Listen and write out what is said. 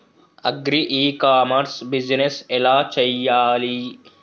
Agri e commerce business ఎలా చెయ్యాలి?